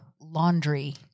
laundry